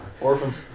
Orphans